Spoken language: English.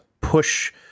push